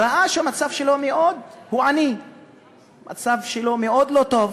וראה שהוא עני ושהמצב שלו מאוד לא טוב,